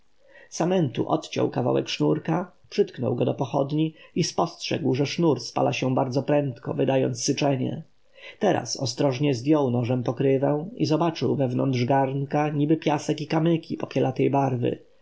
samentu odciął kawałek sznurka przytknął go do pochodni i spostrzegł że sznur spala się bardzo prędko wydając syczenie teraz ostrożnie zdjął nożem pokrywę i zobaczył wewnątrz garnka niby piasek i kamyki popielatej barwy